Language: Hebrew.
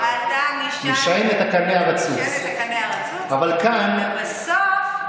איך את, גברתי השרה, באמת, את שומרת מסורת,